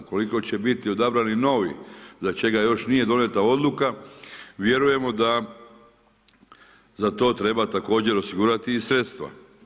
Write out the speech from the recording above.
Ukoliko će biti odabrani i novi, do čega još nije donijeta odluka, vjerujemo da i to treba također osigurati i sredstva.